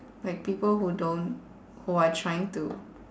like people who don't who are trying to